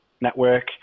network